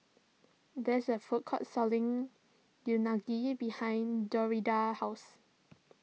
there is a food court selling Unagi behind Dorinda's house